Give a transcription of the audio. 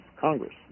Congress